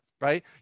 right